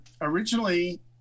originally